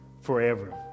forever